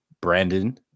Brandon